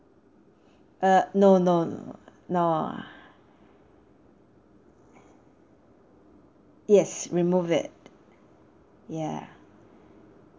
uh no no no ah yes remove it ya